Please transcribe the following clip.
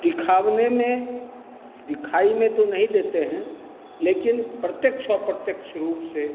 दिखाने में दिखाई में तो नहीं देते हैं लेकिन प्रत्यक्ष अप्रत्यक्ष रूप से